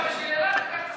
בשביל אילת לקחת סיכון.